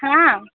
हँ